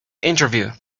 interview